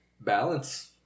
Balance